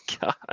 God